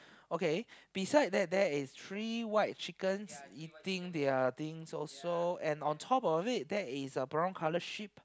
okay beside that there is three white chickens eating their things also and on top of it there is a brown colour sheep